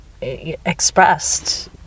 expressed